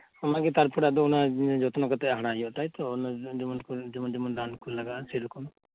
ᱚᱱᱟᱜᱮ ᱛᱟᱨᱯᱚᱨ ᱟᱫᱚ ᱚᱱᱟ ᱡᱚᱛᱱᱚ ᱠᱟᱛᱮ ᱦᱟᱨᱟᱭ ᱦᱳᱭᱳᱜᱼᱟ ᱛᱟᱭ ᱛᱚ ᱚᱱᱟ ᱡᱮᱢᱚᱱ ᱡᱮᱢᱚᱱ ᱡᱮᱢᱚᱱ ᱨᱟᱱ ᱠᱚ ᱞᱟᱜᱟᱜᱼᱟ ᱥᱮ ᱨᱚᱠᱚᱢ